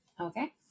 Okay